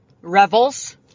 revels